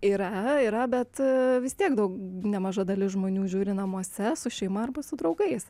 yra yra bet vis tiek daug nemaža dalis žmonių žiūri namuose su šeima arba su draugais